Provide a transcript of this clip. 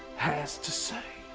has to say.